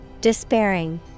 Despairing